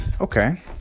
okay